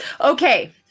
Okay